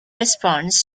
response